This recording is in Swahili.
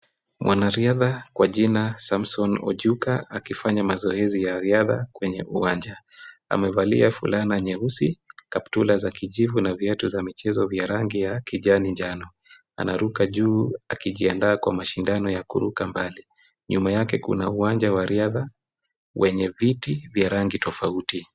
Mwanariadha kwa jina Samson Ojuka akifanya mazoezi ya riadha kwenye uwanja. Amevalia fulana nyeusi, kaptura za kijivu na viatu vya michezo vya rangi ya kijani njano. Anaruka juu akijiandaa kwa mashindano ya kuruka mbali. Nyuma yake kuna uwanja wa riadha wenye viti vya rangi tofauti.